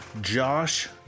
Josh